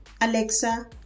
Alexa